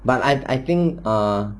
but I've I think ah